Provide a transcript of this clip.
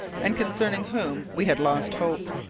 and concerning whom we had lost hope.